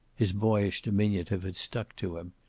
his boyish diminutive had stuck to him.